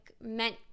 meant